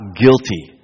guilty